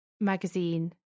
magazine